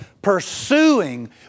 pursuing